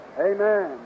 Amen